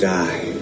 die